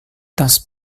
tas